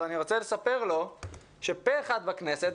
אני רוצה לספר לו שפה אחד בכנסת,